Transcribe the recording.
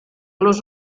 los